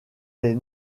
les